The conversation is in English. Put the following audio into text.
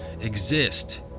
exist